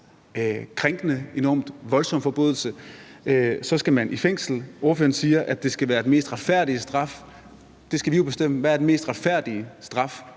krænkende, en enormt voldsom forbrydelse, så skal man i fængsel. Ordføreren siger, at det skal være den mest retfærdige straf. Det skal vi jo bestemme, altså hvad der er den mest retfærdige straf